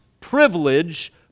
privilege